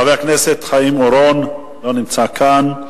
חבר הכנסת חיים אורון, לא נמצא כאן.